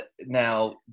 now